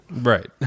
Right